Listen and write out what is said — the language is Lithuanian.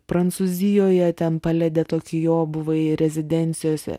prancūzijoje ten palė de tokio buvai rezidencijose